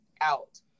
out